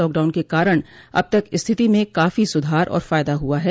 lockdown के कारण अब तक स्थिति में काफी सुधार और फायदा हुआ है